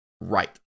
Right